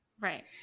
right